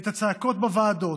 את הצעקות בוועדות,